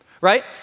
right